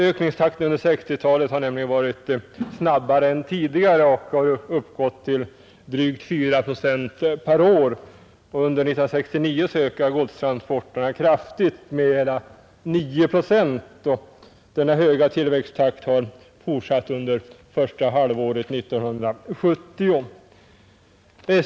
Ökningstakten under 1960—talet har nämligen varit snabbare än tidigare och har uppgått till drygt 4 procent per år. Under 1969 ökade godstransporterna kraftigt, med hela 9 procent, och denna höga tillväxttakt har fortsatt under första halvåret 1970.